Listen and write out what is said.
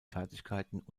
fertigkeiten